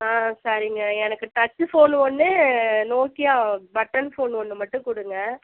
ஆ சரிங்க எனக்கு touch phone ஒன்று நோக்கியா பட்டன் ஃபோன் ஒன்று மட்டும் கொடுங்க